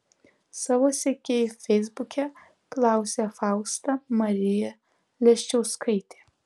savo sekėjų feisbuke klausė fausta marija leščiauskaitė